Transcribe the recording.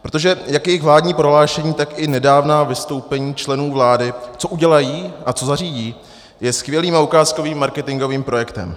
Protože jak jejich vládní prohlášení, tak i nedávná vystoupení členů vlády, co udělají a co zařídí, jsou skvělým a ukázkovým marketingovým projektem.